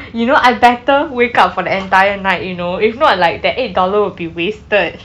you know I better wake up for the entire night you know if not like that eight dollar will be wasted